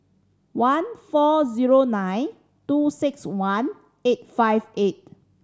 one four zero nine two six one eight five eight